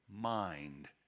mind